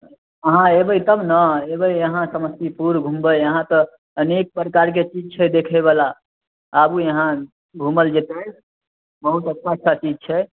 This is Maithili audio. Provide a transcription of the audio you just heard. आहाँ एबै तब नऽ एबै आहाँ समस्तीपुर घुमबै यहाँ तऽ अनेक परकारके चीज छै देखैबला आबु यहाँ घुमल जेतै बहुत अच्छा अच्छा चीज छै